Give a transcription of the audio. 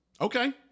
Okay